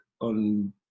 on